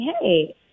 Hey